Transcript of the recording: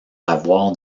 lavoir